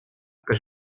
que